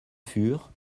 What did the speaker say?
fur